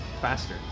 faster